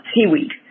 seaweed